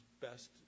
best